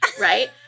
Right